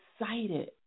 excited